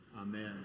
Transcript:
Amen